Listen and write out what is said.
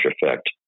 effect